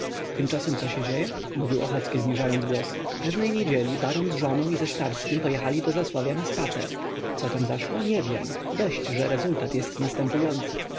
tymczasem co się dzieje mówił ochocki zniżając głos pewnej niedzieli baron z żoną i ze starskim pojechali do zasławia na spacer co tam zaszło nie wiem dość że rezultat jest następujący